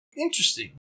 Interesting